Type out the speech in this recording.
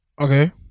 Okay